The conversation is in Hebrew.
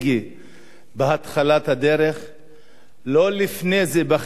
לא לפני זה, בחינוך לסובלנות בדרכים,